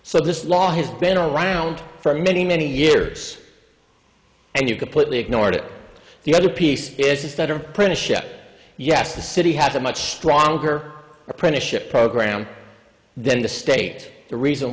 so this law has been around for many many years and you completely ignored it the other piece is that are pretty shit yes the city has a much stronger apprenticeship program then the state the reason